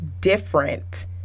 different